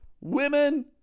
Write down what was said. Women